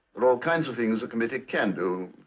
are all kinds of things a committee can do.